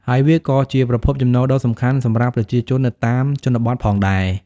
ហើយវាក៏ជាប្រភពចំណូលដ៏សំខាន់សម្រាប់ប្រជាជននៅតាមជនបទផងដែរ។